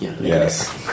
Yes